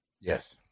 Yes